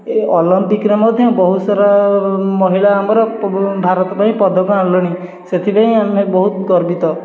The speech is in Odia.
ଏ ଅଲମ୍ପିକରେ ମଧ୍ୟ ବହୁତ ସାରା ମହିଳା ଆମର ଭାରତ ପାଇଁ ପଦକ ଆଣିଲେଣି ସେଥିପାଇଁ ଆମେ ବହୁତ ଗର୍ବିତ